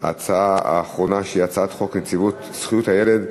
ההצעה האחרונה היא הצעת חוק נציבות זכויות הילד,